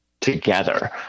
together